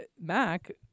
Mac